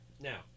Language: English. Now